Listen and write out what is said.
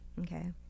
Okay